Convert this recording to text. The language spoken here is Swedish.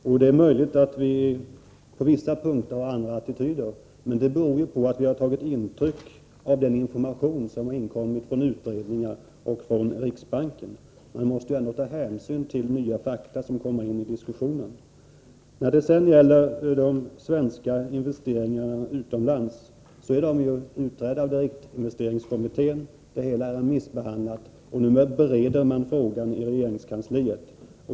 Herr talman! Hans Petersson i Hallstahammar försöker göra gällande att vi skulle ha svängt i de här frågorna. Det är möjligt att vi på vissa punkter nu har andra attityder. Men det beror på att vi har tagit intryck av den information som inkommit från utredningar och riksbanken. Man måste ju ta hänsyn till nya fakta som kommer in. Frågan om svenska investeringar utomlands har utretts av direktinvesteringskommittén. Det hela är remissbehandlat, och frågan bereds nu i regeringskansliet.